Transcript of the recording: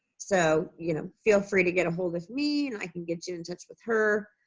so, you know, feel free to get a hold of me and i can get you in touch with her.